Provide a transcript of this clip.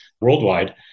worldwide